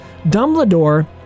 Dumbledore